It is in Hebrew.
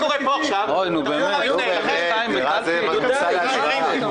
תחשבו איך זה יתנהל.